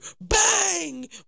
bang